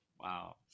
wow